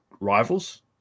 rivals